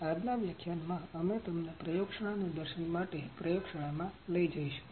આજના વ્યાખ્યાનમાં અમે તમને પ્રયોગશાળા નિદર્શન માટે પ્રયોગશાળામાં લઇ જઈશુ